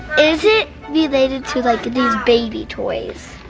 is it related to like these baby toys?